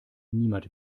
niemand